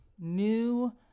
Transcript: new